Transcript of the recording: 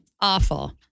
Awful